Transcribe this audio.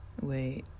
wait